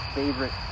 favorite